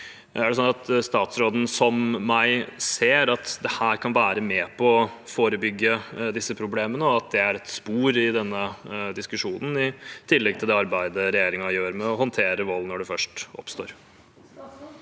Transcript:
Er det sånn at statsråden, som jeg, ser at dette kan være med på å forebygge disse problemene, og at det er et spor i denne diskusjonen, i tillegg til det arbeidet regjeringen gjør med å håndtere vold når det først oppstår?